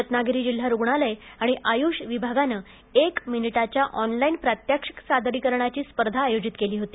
रत्नागिरी जिल्हा रुग्णालय आणि आयुष विभागानं एक मिनिटाच्या ऑनलाइन प्रात्यक्षिक सादरीकरणाची स्पर्धा आयोजित केली होती